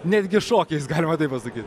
netgi šokiais galima taip pasakyti